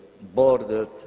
boarded